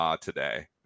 Today